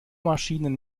maschinen